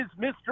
Mr